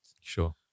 sure